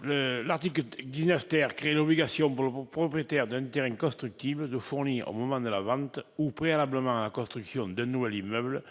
L'article 19 crée l'obligation pour le propriétaire d'un terrain constructible de fournir au moment de la vente ou préalablement à la construction d'un nouvel immeuble